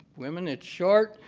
women it's short.